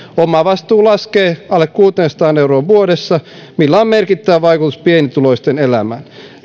omavastuu laskee alle kuuteensataan euroon vuodessa millä on merkittävä vaikutus pienituloisten elämään